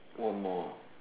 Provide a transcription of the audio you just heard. one more